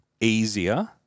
easier